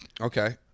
Okay